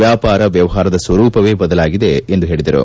ವ್ಯಾಪಾರ ವ್ಯವಹಾರದ ಸ್ವರೂಪವೇ ಬದಲಾಗಿದೆ ಎಂದು ಹೇಳಿದರು